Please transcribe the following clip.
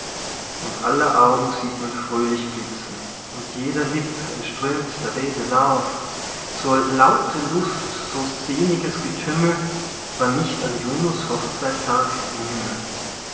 und aller augen sieht man fröhlich blitzen und jeder lipp entströmt der rede lauf so laute lust so seliges getümmel war nicht an juno's hochzeittag im himmel